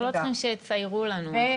אנחנו לא צריכים שיציירו לנו.